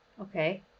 Okay